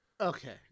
Okay